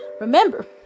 Remember